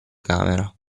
camera